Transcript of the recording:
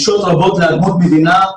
פלישות רבות לאדמות מדינה,